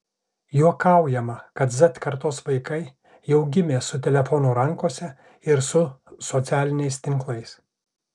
juokaujama kad z kartos vaikai jau gimė su telefonu rankose ir su socialiniais tinklais